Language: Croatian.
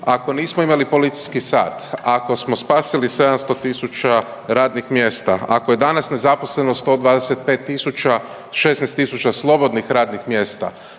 Ako nismo imali policijski sat, ako smo spasili 700 tisuća radnih mjesta, ako je danas nezaposlenost 125 tisuća, 16 tisuća slobodnih radnih mjesta,